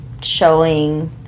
showing